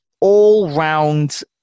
all-round